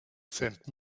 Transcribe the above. sent